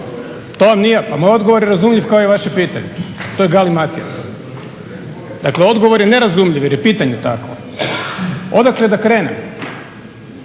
podnosite. Moj odgovor je razumljiv kao i vaše pitanje, to je galimatijas. Dakle, odgovor je nerazumljiv jer je pitanje takvo. Odakle da krenem,